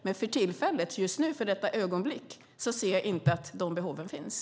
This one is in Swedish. Men för tillfället, just nu i detta ögonblick, ser jag inte att de behoven finns.